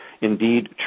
Indeed